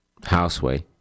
Houseway